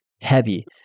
heavy